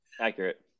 Accurate